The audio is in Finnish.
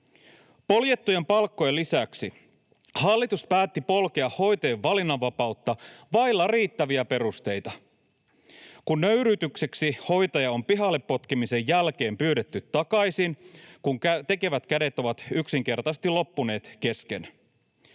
Poljettujen palkkojen lisäksi hallitus päätti polkea hoitajien valinnanvapautta vailla riittäviä perusteita. Kuin nöyryytykseksi hoitaja on pihalle potkimisen jälkeen pyydetty takaisin, kun tekevät kädet ovat yksinkertaisesti loppuneet kesken.